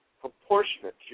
proportionate